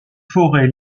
forêts